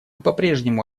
попрежнему